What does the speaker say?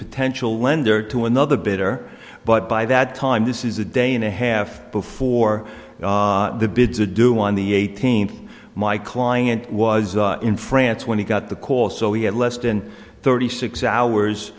potential lender to another bidder but by that time this is a day and a half before the bids adieu on the eighteenth my client was in france when he got the call so he had less than thirty six hours